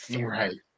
right